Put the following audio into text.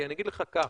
כי אני אגיד לך כך: